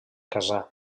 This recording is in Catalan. casà